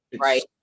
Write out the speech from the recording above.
right